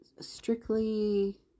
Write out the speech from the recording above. strictly